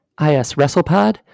ISWrestlePod